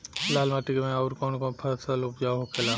लाल माटी मे आउर कौन कौन फसल उपजाऊ होखे ला?